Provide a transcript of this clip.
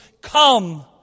come